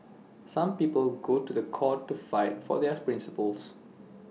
some people go to The Court to fight for their principles